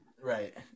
Right